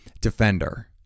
defender